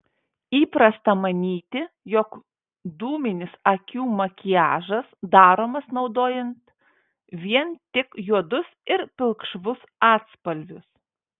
įprasta manyti jog dūminis akių makiažas daromas naudojant vien tik juodus ir pilkšvus atspalvius